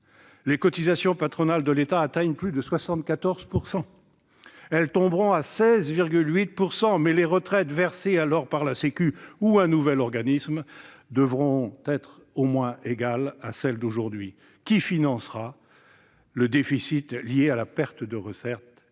les cotisations patronales de l'État atteignent plus de 74 %. Elles tomberont à 16,8 %, mais les retraites, qu'elles soient versées par la sécu ou un nouvel organisme, devront être au moins égales à celles d'aujourd'hui. Qui financera le déficit lié à cette perte de recettes,